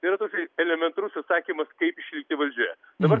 yra toks elementarus atsakymas kaip išlikti valdžioje dabar